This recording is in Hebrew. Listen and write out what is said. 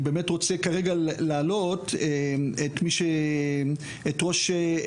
אני מבקש לתת את רשות הדיבור לאולג דובקין,